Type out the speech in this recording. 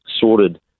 sorted